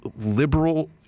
liberal